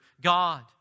God